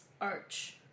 Arch